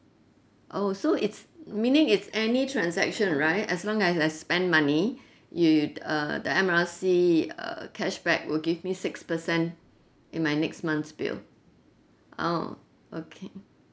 oh so it's meaning it's any transaction right as long as I spend money yet uh the M_R_C err cashback will give me six percent in my next month's bill oh okay